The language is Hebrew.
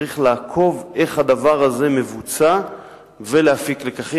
צריך לעקוב איך הדבר הזה מבוצע ולהפיק לקחים.